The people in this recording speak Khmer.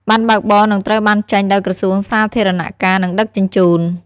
ប័ណ្ណបើកបរនឹងត្រូវបានចេញដោយក្រសួងសាធារណការ និងដឹកជញ្ជូន។